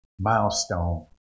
milestone